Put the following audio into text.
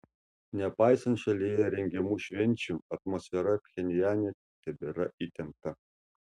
nepaisant šalyje rengiamų švenčių atmosfera pchenjane tebėra įtempta